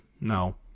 No